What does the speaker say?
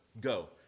go